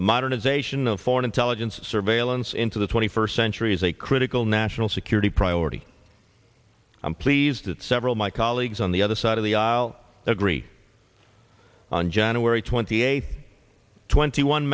the modernization of foreign intelligence surveillance into the twenty first century is a critical national security priority i'm pleased that several my colleagues on the other side of the aisle agree on january twenty eighth twenty one